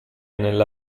nella